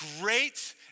great